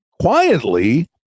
quietly